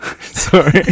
Sorry